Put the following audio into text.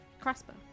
crossbow